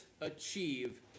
achieve